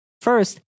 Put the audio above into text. first